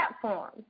platform